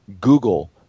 Google